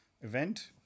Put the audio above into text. Event